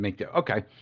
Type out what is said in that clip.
okay